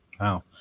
Wow